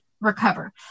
recover